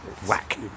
Whack